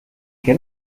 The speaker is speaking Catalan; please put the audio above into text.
què